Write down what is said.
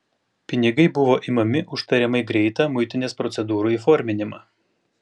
pinigai buvo imami už tariamai greitą muitinės procedūrų įforminimą